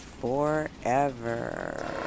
forever